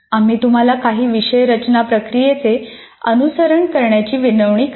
आम्ही तुम्हाला काही विषय रचना प्रक्रियेचे अनुसरण करण्याची विनवणी करतो